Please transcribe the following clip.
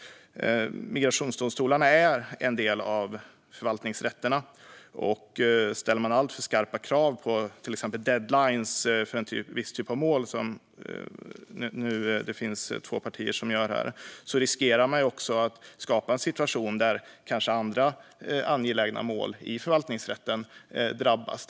Migrationsdomstolarna är en del av förvaltningsrätterna. Om man ställer alltför skarpa krav på till exempel deadliner för en viss typ av mål, som två partier nu gör, riskerar man också att skapa en situation där kanske andra angelägna mål i förvaltningsrätten drabbas.